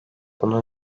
bunu